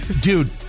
dude